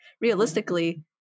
realistically